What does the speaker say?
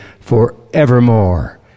forevermore